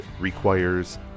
requires